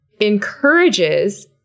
encourages